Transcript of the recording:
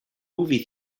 movie